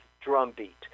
drumbeat